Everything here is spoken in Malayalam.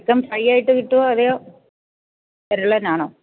ചിക്കൻ ഫ്രൈയായിട്ട് കിട്ടുവോ അതെയോ പെരളനാണോ